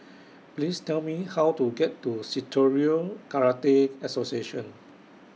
Please Tell Me How to get to Shitoryu Karate Association